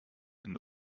and